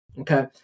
Okay